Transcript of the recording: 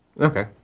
Okay